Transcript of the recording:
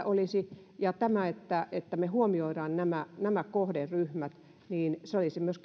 olisi inhimillistä ja tämä että että me huomioimme nämä nämä kohderyhmät olisi myös